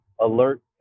alert